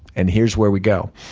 and here's where we go.